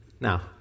Now